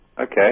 Okay